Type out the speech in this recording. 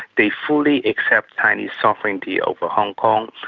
they fully accept chinese sovereignty over hong kong.